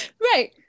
Right